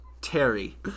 Terry